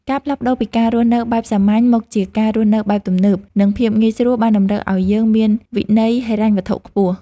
ការផ្លាស់ប្តូរពីការរស់នៅបែបសាមញ្ញមកជាការរស់នៅបែបទំនើប និងភាពងាយស្រួលបានតម្រូវឱ្យយើងមានវិន័យហិរញ្ញវត្ថុខ្ពស់។